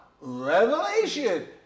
revelation